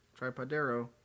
Tripodero